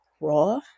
raw